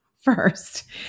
first